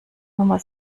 nummer